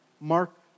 Mark